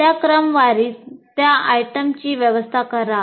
त्या क्रमवारीत त्या आयटमची व्यवस्था करा